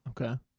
Okay